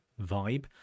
vibe